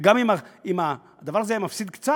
וגם אם הדבר הזה היה מפסיד קצת,